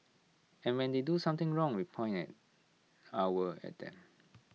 and when they do something wrong we point our at them